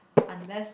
unless